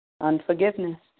Unforgiveness